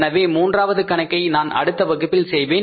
எனவே மூன்றாவது கணக்கை நான் அடுத்த வகுப்பில் செய்வேன்